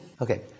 Okay